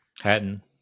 Hatton